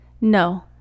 No